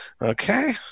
Okay